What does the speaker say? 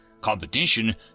Competition